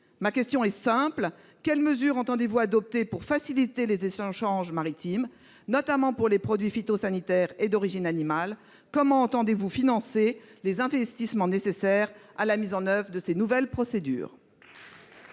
Ma question est simple : quelles mesures le Gouvernement entend-il adopter pour faciliter les échanges maritimes, notamment pour les produits phytosanitaires et d'origine animale ? Comment compte-t-il financer les investissements nécessaires à la mise en oeuvre de ces nouvelles procédures ?